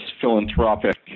philanthropic